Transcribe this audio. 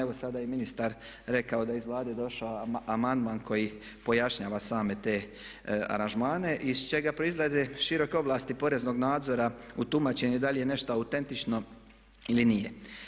Evo sada je i ministar rekao da je iz Vlade došao amandman koji pojašnjava same te aranžmane iz čega proizlaze široke oblasti poreznog nadzora u tumačenju da li je nešto autentično ili nije.